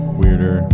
weirder